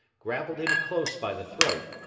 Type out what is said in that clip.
grappled him close by the throat,